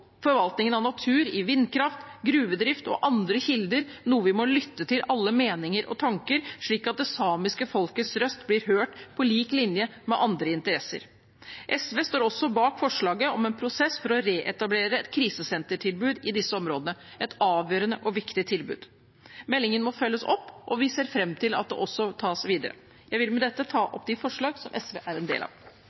forvaltningen av natur i vindkraft, gruvedrift og andre kilder, må vi lytte til alle meninger og tanker slik at det samiske folkets røst blir hørt på lik linje med andre interesser. SV står også bak forslaget om en prosess for å reetablere et krisesentertilbud i disse områdene – et avgjørende og viktig tilbud. Meldingen må følges opp, og vi ser fram til at dette tas videre. Jeg vil med det ta opp de forslag som SV er en del av.